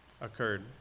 occurred